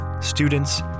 students